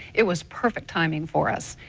it was perfect timing for us.